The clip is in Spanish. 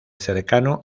cercano